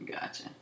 Gotcha